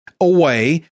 away